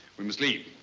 we must leave.